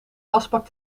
wasbak